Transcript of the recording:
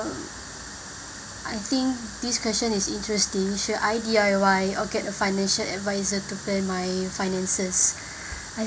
I think this question is interesting should I D_I_Y or get a financial advisor to plan my finances I